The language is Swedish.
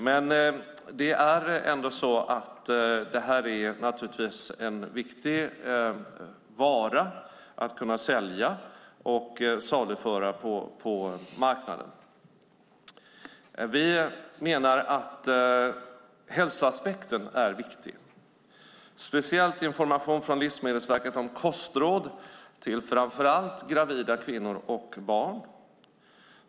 Men det är naturligtvis en viktig vara att kunna sälja och saluföra på marknaden. Vi menar att hälsoaspekten är viktig, speciellt information från Livsmedelsverket om kostråd till framför allt gravida kvinnor och barn.